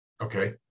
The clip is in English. Okay